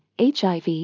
HIV